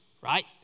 right